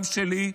גם שלי,